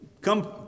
come